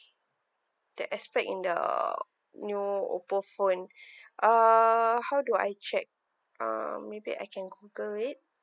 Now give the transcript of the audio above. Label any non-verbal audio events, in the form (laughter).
that aspect in the you know Oppo phone (breath) uh how do I check um maybe I can Google it